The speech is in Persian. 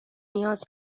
نیاز